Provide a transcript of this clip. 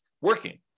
working